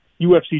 UFC